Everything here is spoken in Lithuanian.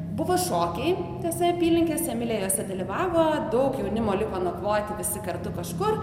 buvo šokiai tose apylinkėse mylėjosi dalyvavo daug jaunimo liko nakvoti visi kartu kažkur